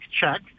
check